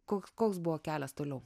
koks koks buvo kelias toliau